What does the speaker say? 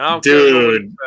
Dude